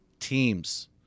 teams